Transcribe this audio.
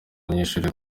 abanyeshuri